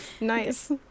Nice